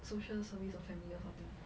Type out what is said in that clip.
social service or family or something